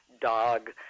dog